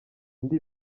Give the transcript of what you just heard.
indi